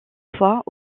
fois